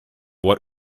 what